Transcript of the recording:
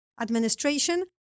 administration